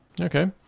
Okay